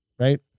right